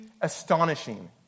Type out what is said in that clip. astonishing